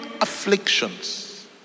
afflictions